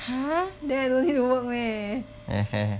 ha then I don't need to work meh